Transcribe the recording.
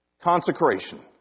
Consecration